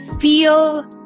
feel